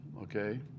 okay